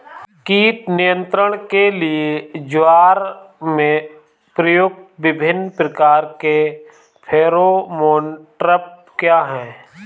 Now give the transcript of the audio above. कीट नियंत्रण के लिए ज्वार में प्रयुक्त विभिन्न प्रकार के फेरोमोन ट्रैप क्या है?